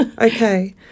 Okay